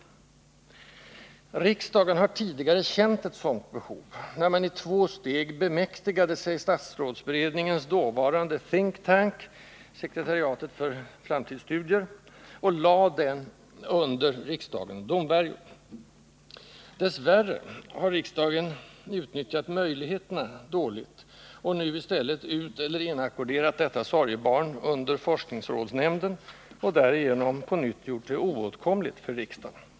Riksdagen har tidigare känt ett sådant behov, när man i två steg bemäktigade sig statsrådsberedningens dåvarande think-tank — sekretariatet för framtidsstudier — och lade denna under riksdagens domvärjo. Dess värre har riksdagen utnyttjat möjligheterna dåligt och nu i stället uteller inackorderat detta sorgebarn hos forskningsrådsnämnden, och därigenom på nytt gjort det oåtkomligt för riksdagsledamöterna.